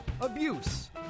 abuse